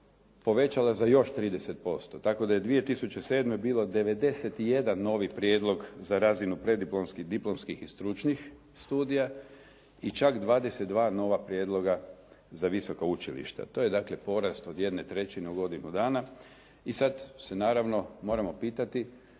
povećala za još 30%, tako da je 2007. bilo 91 novi prijedlog za razinu preddiplomskih, diplomskih i stručnih studija i čak 22 nova prijedloga za visoka učilišta. To je dakle porast od 1/3 u godinu dana i sad se naravno moramo pitati